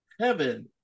heaven